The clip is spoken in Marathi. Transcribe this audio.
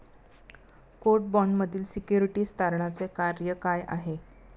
कोर्ट बाँडमधील सिक्युरिटीज तारणाचे कार्य काय आहे?